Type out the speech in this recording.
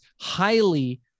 highly